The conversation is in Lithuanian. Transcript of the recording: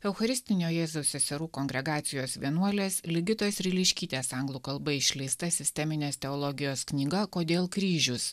eucharistinio jėzaus seserų kongregacijos vienuolės ligitos riliškytės anglų kalba išleista sisteminės teologijos knyga kodėl kryžius